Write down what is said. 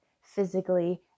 physically